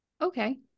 Okay